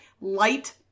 light